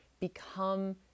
become